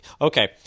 okay